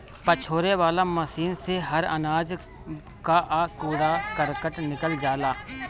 पछोरे वाला मशीन से हर अनाज कअ कूड़ा करकट निकल जाला